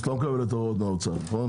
אז את לא מקבלת הוראות מהאוצר, נכון?